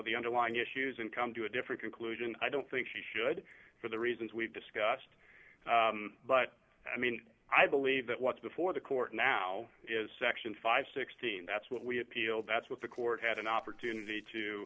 the underlying issues and come to a different conclusion i don't think she should for the reasons we've discussed but i mean i believe that what's before the court now is section five hundred and sixteen that's what we appealed that's what the court had an opportunity to